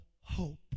hope